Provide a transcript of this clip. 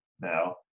now